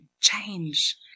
change